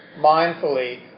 mindfully